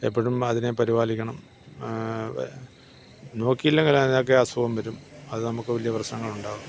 എപ്പോഴും അതിനെ പരിപാലിക്കണം നോക്കിയില്ലെങ്കില് അതിനൊക്കെ അസുഖം വരും അത് നമുക്ക് വലിയ പ്രശ്നങ്ങളുണ്ടാകും